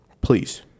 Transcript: please